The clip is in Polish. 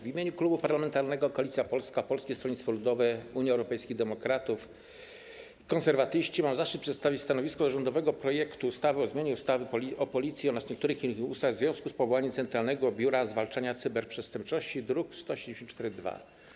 W imieniu Klubu Parlamentarnego Koalicja Polska - Polskie Stronnictwo Ludowe, Unia Europejskich Demokratów, Konserwatyści mam zaszczyt przedstawić stanowisko wobec rządowego projektu ustawy o zmianie ustawy o Policji oraz niektórych innych ustaw w związku z powołaniem Centralnego Biura Zwalczania Cyberprzestępczości, druk nr 1742.